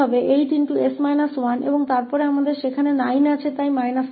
दाहिनी ओर यह 8𝑠 1 होने जा रहा है और फिर हमारे पास 9 हैं तो 9